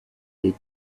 they